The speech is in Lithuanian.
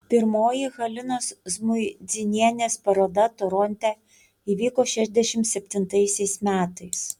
pirmoji halinos žmuidzinienės paroda toronte įvyko šešiasdešimt septintaisiais metais